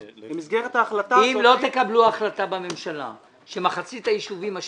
אם לא תקבלו החלטה בממשלה לגבי מחצית הישובים,